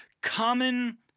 common